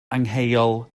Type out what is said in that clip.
angheuol